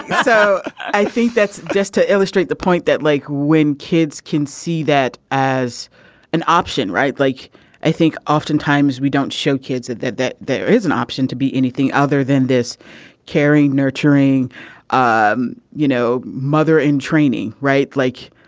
so i think that's just to illustrate the point that like when kids can see that as an option right. like i think oftentimes we don't show kids that that that there is an option to be anything other than this caring nurturing um you know mother in training right. like.